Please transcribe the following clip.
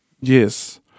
Yes